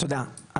תודה,